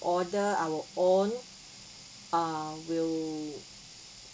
order our own uh will